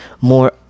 more